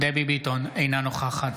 אינה נוכחת